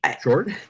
Short